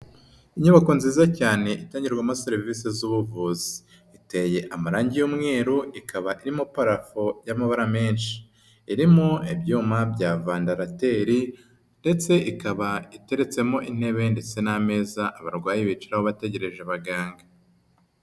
Inyubako nziza cyane itangirwamo serivisi z'ubuvuzi, iteye amarangi y'umweru ikaba irimo parafo y'amabara menshi, irimo ibyuma bya vandarateri ndetse ikaba iteretsemo intebe ndetse n'ameza abarwayi bicaraho bategereje abaganga.